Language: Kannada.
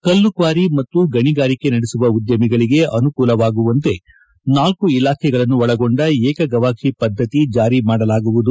ಕಲ್ಲುಕ್ವಾರಿ ಮತ್ತು ಗಣಿಗಾರಿಕೆ ನಡೆಸುವ ಉದ್ದಮಿಗಳಿಗೆ ಆನುಕೂಲವಾಗುವಂತೆ ನಾಲ್ಕು ಇಲಾಖೆಗಳನ್ನು ಒಳಗೊಂಡ ವಿಕಗವಾಕ್ಷಿ ಪದ್ಧತಿಯನ್ನು ಜಾರಿ ಮಾಡಲಾಗುವುದು